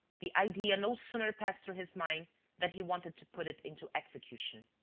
the idea no sooner passed through his mind than he wanted to put it into execution.